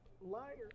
Liar